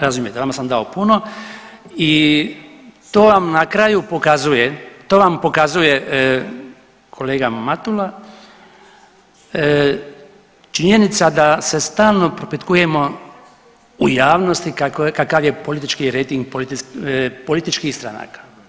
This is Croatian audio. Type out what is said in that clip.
Razumijete, vama sam dao puno i to vam na kraju pokazuje, to vam pokazuje, kolega Matula, činjenica da se stalno propitkujemo u javnosti kakav je politički rejting političkih stranaka.